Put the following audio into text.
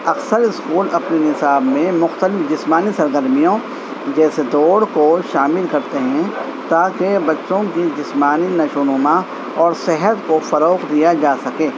اکثر اسکول اپنے نصاب میں مختلف جسمانی سرگرمیوں جیسے دوڑ کو شامل کرتے ہیں تاکہ بچوں کی جسمانی نشو و نما اور صحت کو فروغ دیا جا سکے